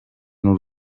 n’u